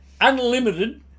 unlimited